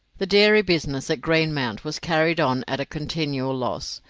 the dairy business at greenmount was carried on at a continual loss,